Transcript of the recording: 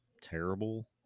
terrible